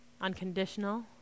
unconditional